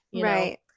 Right